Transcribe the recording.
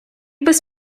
без